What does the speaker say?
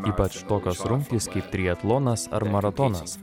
ypač tokios rungtys kaip triatlonas ar maratonas